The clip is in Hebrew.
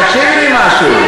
תקשיבי לי משהו,